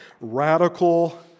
radical